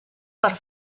per